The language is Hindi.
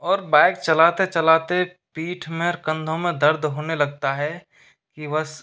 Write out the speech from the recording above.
और बाइक चलाते चलाते पीठ में और कंधों में दर्द होने लगता है कि बस